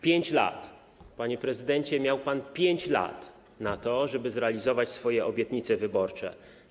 5 lat, panie prezydencie, miał pan 5 lat na to, żeby zrealizować swoje obietnice wyborcze.